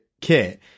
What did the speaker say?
kit